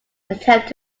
attempt